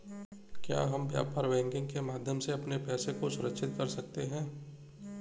क्या हम व्यापार बैंकिंग के माध्यम से अपने पैसे को सुरक्षित कर सकते हैं?